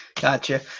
Gotcha